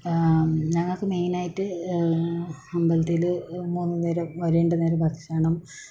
ആ ഞങ്ങൾക്ക് മെയിൻ ആയിട്ട് അമ്പലത്തിൽ മൂന്നു നേരം രണ്ടു നേരം ഭക്ഷണം